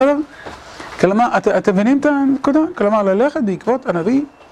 כן? כלומר אתם מבינים את הנקודה? כלומר ללכת בעקבות הנביא